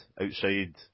outside